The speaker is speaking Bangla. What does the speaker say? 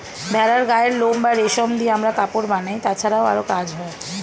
ভেড়ার গায়ের লোম বা রেশম দিয়ে আমরা কাপড় বানাই, তাছাড়াও আরো কাজ হয়